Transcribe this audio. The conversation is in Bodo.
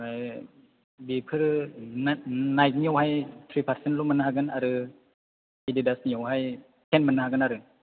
बेफोरो नाइकि नियावहाय थ्रि पारसेन्टल' मोननो हागोन आरो एदिदास नियावहाय थेन मोननो हागोन आरो